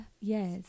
yes